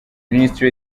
minisitiri